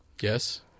Yes